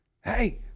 hey